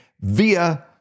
via